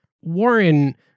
Warren